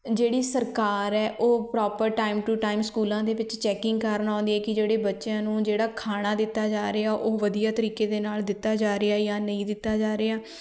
ਜਿਹੜੀ ਸਰਕਾਰ ਹੈ ਉਹ ਪ੍ਰੋਪਰ ਟਾਈਮ ਟੂ ਟਾਈਮ ਸਕੂਲਾਂ ਦੇ ਵਿੱਚ ਚੈਕਿੰਗ ਕਰਨ ਆਉਂਦੀ ਹੈ ਕਿ ਜਿਹੜੇ ਬੱਚਿਆਂ ਨੂੰ ਜਿਹੜਾ ਖਾਣਾ ਦਿੱਤਾ ਜਾ ਰਿਹਾ ਉਹ ਵਧੀਆ ਤਰੀਕੇ ਦੇ ਨਾਲ ਦਿੱਤਾ ਜਾ ਰਿਹਾ ਜਾਂ ਨਹੀਂ ਦਿੱਤਾ ਜਾ ਰਿਹਾ